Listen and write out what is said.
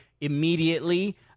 immediately